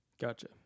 Gotcha